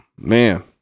man